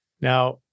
Now